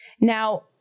Now